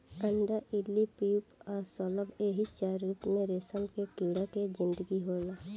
अंडा इल्ली प्यूपा आ शलभ एही चार रूप में रेशम के कीड़ा के जिनगी होला